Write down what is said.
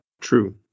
True